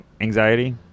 anxiety